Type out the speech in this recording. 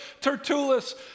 Tertullus